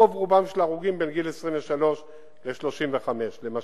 רוב רובם של ההרוגים הם גילאי 23 35 למשל.